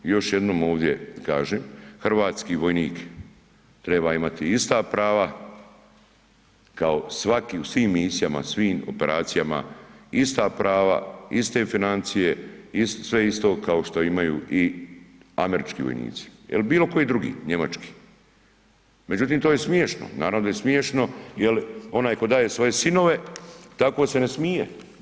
I još jednom ovdje kažem hrvatski vojnik treba imati ista prava kao svaki u svim misijama, svim operacijama, ista prava, iste financije sve isto kao što imaju i američki vojnici ili bilo koji drugi njemački, međutim to je smješno, naravno da je smješno jer onaj tko daje svoje sinove tako se ne smije.